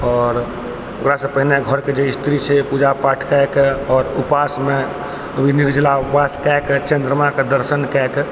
आओर ओकरा से पहिने घरके जे स्त्री छै पूजा पाठ कए कऽ आओर उपासमे ओ भी निर्जला उपास कए कऽ चन्द्रमाके दर्शन कए कऽ